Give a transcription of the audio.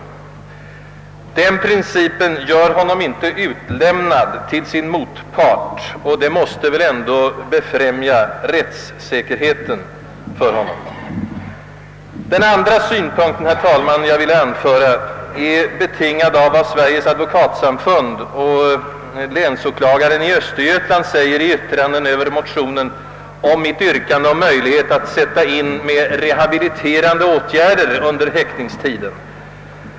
Den principen lämnar inte ut fången till hans motpart, vilket är en ordning, som väl skulle befrämja rättssäkerheten för hans vidkommande. Den andra synpunkten, herr talman, som jag vill anföra är betingad av vad Sveriges advokatsamfund och länsåklagaren i Östergötlands län säger i yttranden över motionen om mitt yrkande om möjlighet att sätta in rehabiliterande åtgärder under häktningstiden.